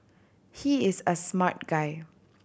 he is a smart guy